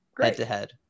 head-to-head